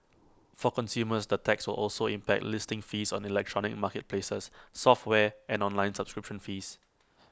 for consumers the tax will also impact listing fees on electronic marketplaces software and online subscription fees